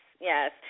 yes